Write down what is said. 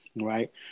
right